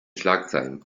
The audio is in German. schlagzeilen